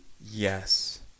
Yes